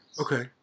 Okay